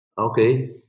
Okay